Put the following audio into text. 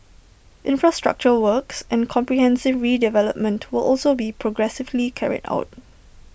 infrastructure works and comprehensive redevelopment will also be progressively carried out